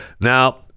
Now